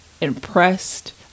impressed